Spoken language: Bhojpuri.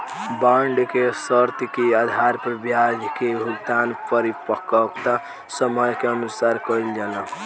बॉन्ड के शर्त के आधार पर ब्याज के भुगतान परिपक्वता समय के अनुसार कईल जाला